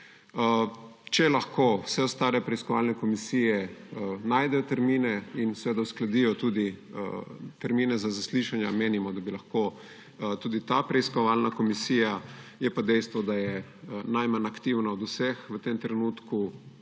Če lahko vse ostale preiskovalne komisije najdejo termine in uskladijo tudi termine za zaslišanja, menimo, da bi lahko to tudi ta preiskovalna komisija. Je pa dejstvo, da je najmanj aktivna od vseh v tem trenutku.